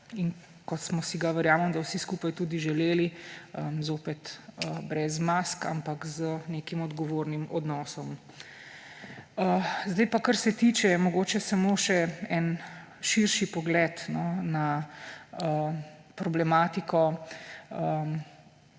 in kot smo si ga – verjamem, da vsi skupaj – tudi želeli: zopet brez mask, ampak z nekim odgovornim odnosom. Zdaj pa mogoče samo še en širši pogled na problematiko